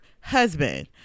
husband